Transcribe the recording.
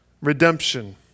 redemption